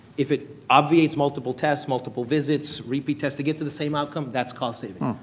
if it obviates multiple tests, multiple visits, repeat tests to get to the same outcome, that's cost saving.